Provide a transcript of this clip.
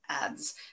ads